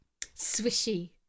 swishy